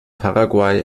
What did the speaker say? paraguay